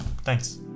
Thanks